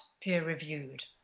peer-reviewed